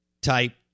type